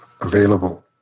available